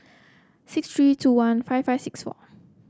six three two one five five six four